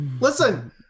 Listen